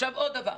עוד דבר.